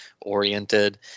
oriented